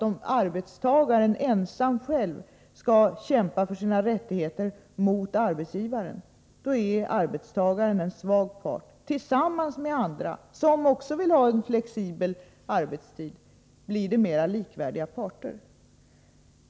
Om arbetstagaren ensam skall kämpa för sina rättigheter mot arbetsgivaren är arbetstagaren — det vet vi — en svag part. Tillsammans med andra, som också vill ha en flexibel arbetstid, blir han starkare, och parterna blir mera likvärdiga.